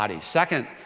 Second